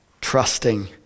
trusting